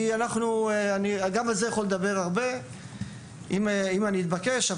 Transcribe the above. אני יכול לדבר גם על זה הרבה אם אתבקש.